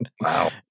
Wow